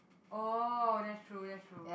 oh that's true that's true